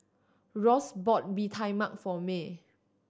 Ross bought Bee Tai Mak for Mae